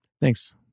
Thanks